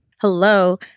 Hello